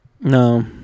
No